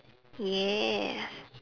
yes